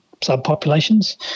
subpopulations